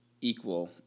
equal